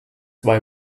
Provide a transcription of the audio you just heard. why